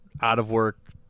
out-of-work